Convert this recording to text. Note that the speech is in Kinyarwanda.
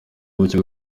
buke